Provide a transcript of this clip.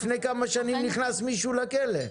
לפני כמה שנים נכנס מישהו לכלא.